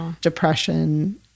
depression